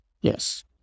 yes